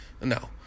No